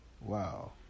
Wow